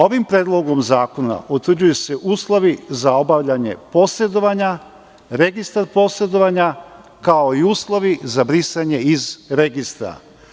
Ovim Predlogom zakona utvrđuju se uslovi za obavljanje posredovanja, registar posredovanja, ako i uslovi za brisanje iz registra.